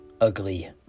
ugly